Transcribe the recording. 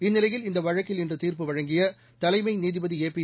இந்நிலையில் இந்த வழக்கில் இன்று தீர்ப்பு வழங்கிய தலைமை நீதிபதி ஏபி